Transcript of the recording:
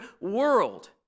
world